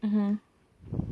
mmhmm